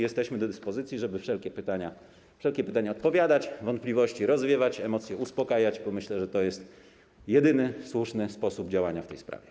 Jesteśmy do dyspozycji, żeby na wszelkie pytania odpowiadać, wątpliwości rozwiewać, emocje uspokajać, bo myślę, że to jest jedyny słuszny sposób działania w tej sprawie.